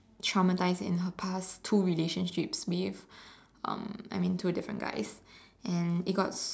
traumatised in her past two relationships with um I mean two different guys and it got